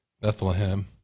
Bethlehem